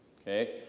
Okay